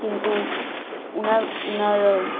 কিন্তু ওঁর ওঁর